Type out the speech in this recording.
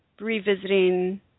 revisiting